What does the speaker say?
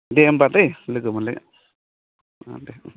दे होमब्ला दै लोगो मोनलायगोन अ दे